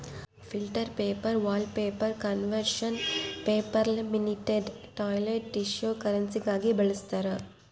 filter paper wallpaper conservation paper laminated toilet tissue ಕರೆನ್ಸಿಗಾಗಿ ಬಳಸ್ತಾರ